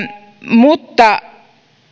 mutta